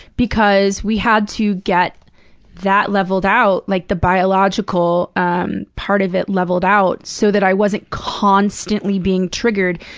because we had to get that leveled out like, the biological um part of it leveled out so that i wasn't constantly being triggered,